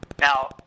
Now